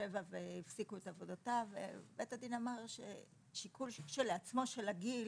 והפסיקו את עבודתה ובית הדין אמר שהשיקול כשלעצמו של הגיל